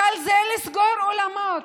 הקל הוא לסגור אולמות,